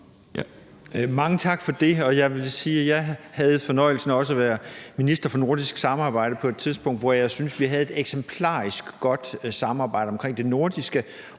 sige, at jeg også havde fornøjelsen af at være minister for nordisk samarbejde på et tidspunkt, hvor jeg synes vi havde et eksemplarisk godt samarbejde omkring det nordiske,